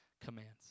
commands